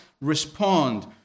respond